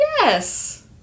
Yes